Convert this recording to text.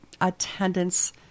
attendance